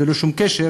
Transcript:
ללא שום קשר,